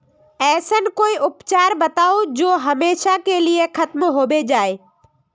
ऐसन कोई उपचार बताऊं जो हमेशा के लिए खत्म होबे जाए?